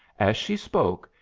as she spoke,